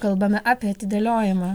kalbame apie atidėliojimą